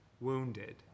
wounded